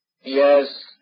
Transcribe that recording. Yes